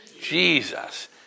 Jesus